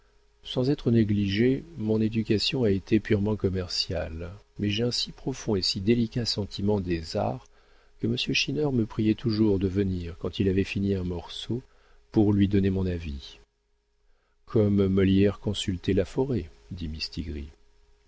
sans être négligée mon éducation a été purement commerciale mais j'ai un si profond et si délicat sentiment des arts que monsieur schinner me priait toujours de venir quand il avait fini un morceau pour lui donner mon avis comme molière consultait laforêt dit mistigris